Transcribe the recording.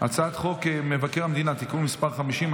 הצעת חוק מבקר המדינה (תיקון מס' 50),